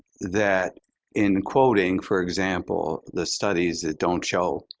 that in quoting, for example, the studies that don't show